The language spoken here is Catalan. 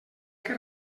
que